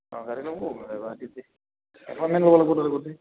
অঁ গাড়ী ল'ব এখনমান ল'ব লাগিব তাৰ গোটেই